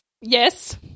Yes